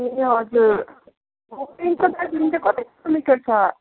ए हजुर घुमदेखिको दार्जिलिङ चाहिँ कति किलोमिटर छ